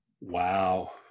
Wow